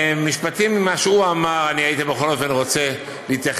ולמשפטים ממה שהוא אמר בכל אופן הייתי רוצה להתייחס.